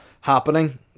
happening